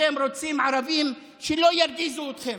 אתם רוצים ערבים שלא ירגיזו אתכם,